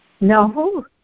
No